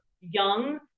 young